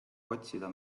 otsida